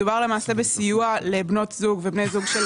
מדובר למעשה בסיוע לבנות זוג ובני זוג של